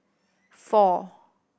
four